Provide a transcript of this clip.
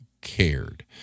cared